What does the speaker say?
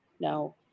No